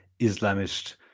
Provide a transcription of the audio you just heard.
Islamist